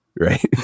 right